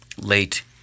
late